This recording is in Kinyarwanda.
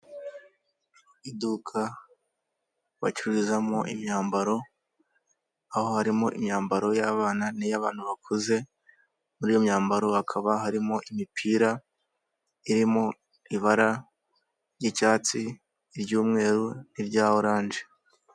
Iduka bacururizamo imyambaro aho harimo imyambaro y'abana niy'abantu bakuze, muri iyo myambaro hakaba harimo imipira irimo ibara ry'icyatsi iry'umweru n'irya oranje.